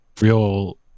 real